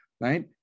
Right